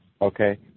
okay